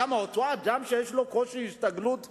למה, בין אדם שיש לו קושי הסתגלות בעבודה,